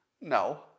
No